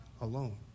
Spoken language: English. alone